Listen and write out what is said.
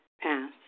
Pass